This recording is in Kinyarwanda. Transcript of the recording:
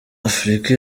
afurika